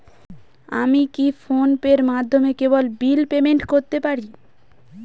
আমি কি ফোন পের মাধ্যমে কেবল বিল পেমেন্ট করতে পারি?